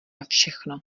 všechno